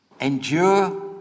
endure